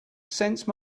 sense